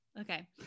Okay